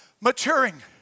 maturing